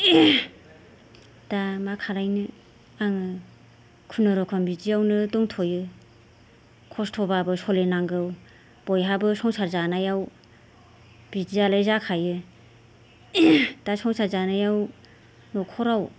दा मा खालामनो आङो खुनुरखम बिदियावनो दंथ'यो खस्त'बाबो सोलिनांगौ बयहाबो संसार जानायाव बिदियालाय जाखायो दा संसार जानायाव न'खराव